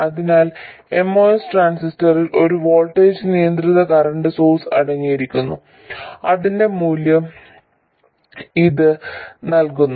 അതിനാൽ MOS ട്രാൻസിസ്റ്ററിൽ ഒരു വോൾട്ടേജ് നിയന്ത്രിത കറന്റ് സോഴ്സ് അടങ്ങിയിരിക്കുന്നു അതിന്റെ മൂല്യം ഇത് നൽകുന്നു